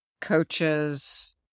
coaches